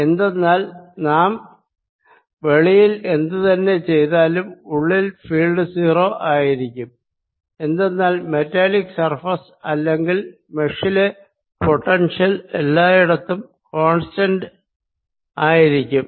എന്തെന്നാൽ നാം വെളിയിൽ എന്ത് തന്നെ ചെയ്താലും ഉള്ളിൽ ഫീൽഡ് 0 ആയിരിക്കും എന്തെന്നാൽ മെറ്റാലിക് സർഫേസ് അല്ലെങ്കിൽ മെഷിലെ പൊട്ടൻഷ്യൽ എല്ലായിടത്തും കോൺസ്റ്റന്റ് ആയിരിക്കും